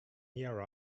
here